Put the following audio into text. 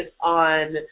on